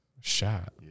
Shot